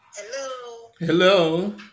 Hello